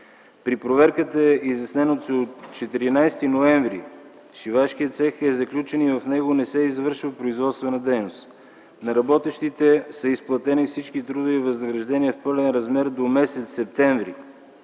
При проверката е изяснено, че от 14 ноември шивашкият цех е заключен и в него не се извършва производствена дейност. На работещите са изплатени всички трудови възнаграждения в пълен размер до м. септември